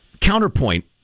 Counterpoint